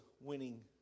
winning